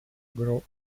grow